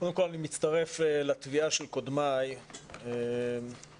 קודם כל אני מצטרף לתביעה של קודמיי לכך